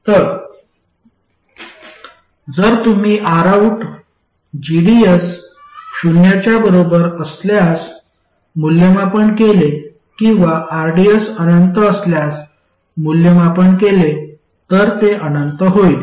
तर जर तुम्ही Rout gds शून्याच्या बरोबर असल्यास मूल्यमापन केले किंवा rds अनंत असल्यास मूल्यमापन केले तर ते अनंत होईल